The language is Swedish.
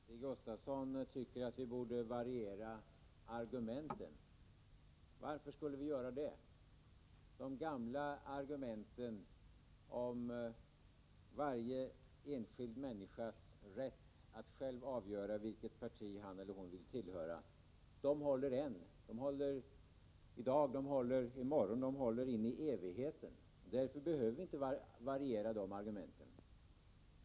Herr talman! Stig Gustafsson tycker att vi borde variera argumenten. Varför skulle vi göra det? De gamla argumenten om varje enskild människas rätt att själv avgöra vilket parti han eller hon vill tillhöra håller än. De håller i dag, i morgon och in i evigheten. Därför behöver vi inte variera argumenten.